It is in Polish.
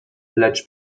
lecz